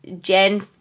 gen